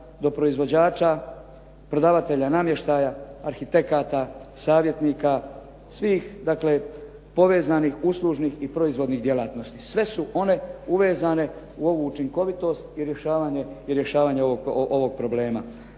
do proizvođača, prodavatelja namještaja, arhitekata, savjetnika. Svih dakle povezanih uslužnih i proizvodnih djelatnosti. Sve su one uvezane u ovu učinkovitost i rješavanje ovog problema.